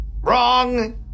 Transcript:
Wrong